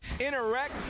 Interact